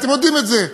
אתם יודעים את זה.